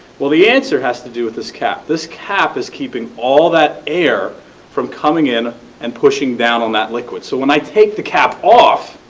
well, the answer has to do this cap. this cap is keeping all that air from coming in and pushing down on that liquid. so when i take the cap off,